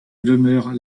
demeure